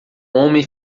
homem